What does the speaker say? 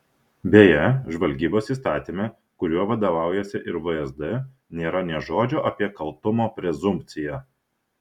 beje žvalgybos įstatyme kuriuo vadovaujasi ir vsd nėra nė žodžio apie kaltumo prezumpciją